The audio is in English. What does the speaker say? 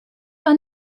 are